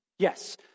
Yes